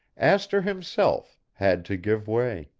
astor himself, had to give way